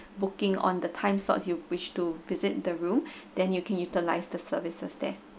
booking on the time slots you wish to visit the room then you can utilize the services there